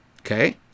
Okay